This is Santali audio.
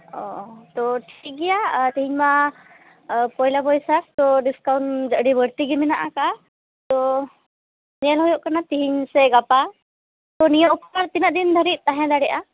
ᱚᱸᱻ ᱛᱚ ᱴᱷᱤᱠ ᱜᱮᱭᱟ ᱛᱮᱦᱮᱧ ᱢᱟ ᱯᱚᱭᱞᱟ ᱵᱟᱹᱭᱥᱟᱹᱠᱷ ᱛᱚ ᱰᱤᱥᱠᱟᱭᱩᱱᱴ ᱟᱹᱰᱤ ᱵᱟᱹᱲᱛᱤ ᱜᱮ ᱢᱮᱱᱟᱜ ᱟᱠᱟᱜᱼᱟ ᱛᱚ ᱧᱮᱞ ᱦᱩᱭᱩᱜ ᱠᱟᱱᱟ ᱛᱮᱦᱮᱧ ᱥᱮ ᱜᱟᱯᱟ ᱛᱚ ᱱᱤᱭᱟᱹ ᱚᱯᱷᱟᱨ ᱛᱤᱱᱟᱜ ᱫᱤᱱ ᱫᱷᱟᱹᱨᱤᱡ ᱛᱟᱦᱮᱸ ᱫᱟᱲᱮᱭᱟᱜᱼᱟ